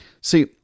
See